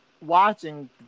watching